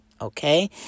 okay